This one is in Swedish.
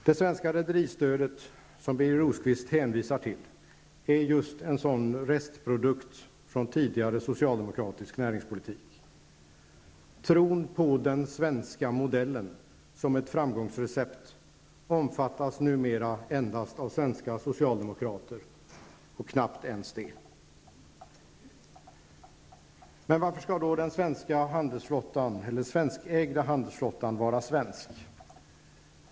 Det svenska rederistödet, som Birger Rosqvist hänvisar till, är just en sådan restprodukt från en tidigare socialdemokratisk näringspolitik. Tron på ''den svenska modellen'' som ett framgångsrecept omfattas numera endast av svenska socialdemokrater, och knappt ens det! Men varför skall då den svenskägda handelsflottan vara svensk?